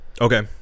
Okay